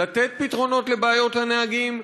לתת פתרונות לבעיות הנהגים.